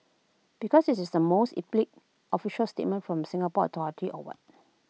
because is this the most epic official statement from A Singapore authority or what